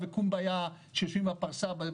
שיושבים בפרסה.